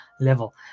level